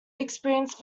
experienced